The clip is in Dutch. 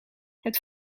het